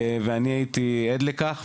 ואני הייתי עד לכך.